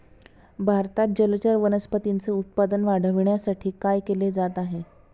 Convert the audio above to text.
भारतात जलचर वनस्पतींचे उत्पादन वाढविण्यासाठी काय केले जात आहे?